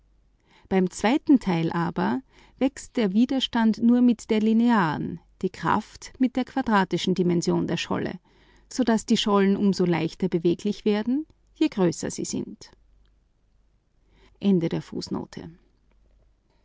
der zweite teil des widerstands aber wächst nur mit der linearen nicht wie die kraft mit der quadratischen dimension der scholle so daß die schollen um so leichter beweglich werden je größer sie sind